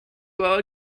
row